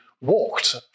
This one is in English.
walked